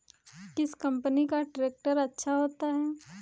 किस कंपनी का ट्रैक्टर अच्छा होता है?